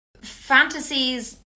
fantasies